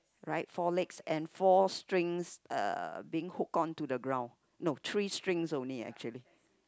right four legs and four strings uh being hooked on to the ground no three strings only actually